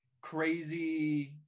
crazy